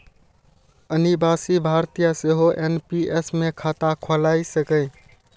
अनिवासी भारतीय सेहो एन.पी.एस मे खाता खोलाए सकैए